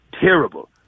terrible